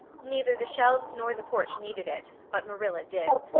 neither the shelves nor the porch needed it but marilla did.